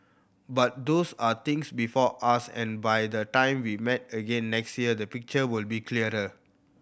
but these are things before us and by the time we meet again next year the picture will be clearer